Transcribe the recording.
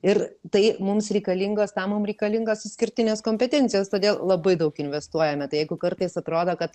ir tai mums reikalingos tam mums reikalingos išskirtinės kompetencijos todėl labai daug investuojame tai jeigu kartais atrodo kad